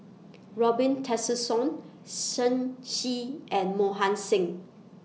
Robin Tessensohn Shen Xi and Mohan Singh